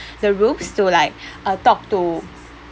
the rooms to like uh talk to